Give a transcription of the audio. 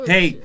Hey